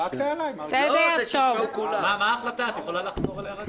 את יכולה לחזור על ההחלטה?